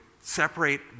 separate